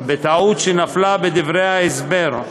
בטעות שנפלה בדברי ההסבר,